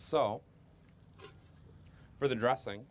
so for the dressing